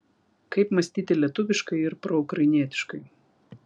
kaip mąstyti lietuviškai ir proukrainietiškai